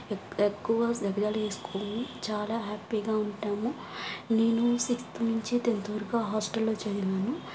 ఎక్ ఎక్కువ వేసుకొని చాలా హ్యాపీగా ఉంటాము నేను సిక్స్త్ నుంచి టెంత్ వరకు హాస్టల్ చదివాను